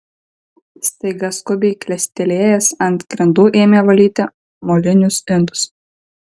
staiga skubiai klestelėjęs ant grindų ėmė valyti molinius indus